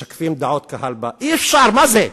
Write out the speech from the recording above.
משקפים דעות, קהל בא, אי-אפשר, מה זה?